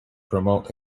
promote